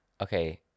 Okay